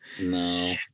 No